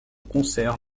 concerts